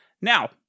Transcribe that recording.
Now